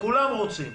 כולם רוצים.